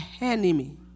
enemy